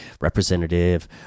representative